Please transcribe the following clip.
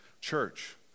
church